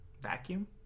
Vacuum